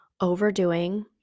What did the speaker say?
overdoing